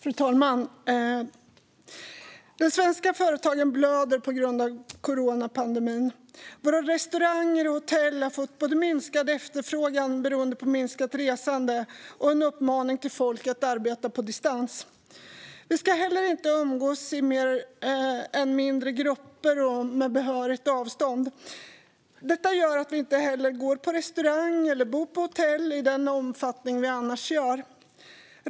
Fru talman! De svenska företagen blöder på grund av coronapandemin. Våra restauranger och hotell har fått minskad efterfrågan beroende på både minskat resande och uppmaningen till folk att arbeta på distans. Vi ska inte heller umgås mer än i mindre grupper och med behörigt avstånd till varandra. Det gör att vi inte går på restaurang eller bor på hotell i samma omfattning som annars.